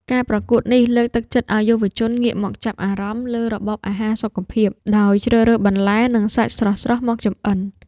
ការប្រកួតនេះលើកទឹកចិត្តឱ្យយុវជនងាកមកចាប់អារម្មណ៍លើរបបអាហារសុខភាព ដោយជ្រើសរើសបន្លែ និងសាច់ស្រស់ៗមកចម្អិន។